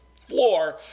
floor